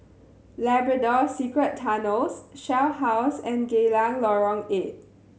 Labrador Secret Tunnels Shell House and Geylang Lorong Eight